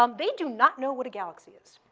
um they do not know what a galaxy is.